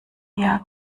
eher